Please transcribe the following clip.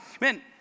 man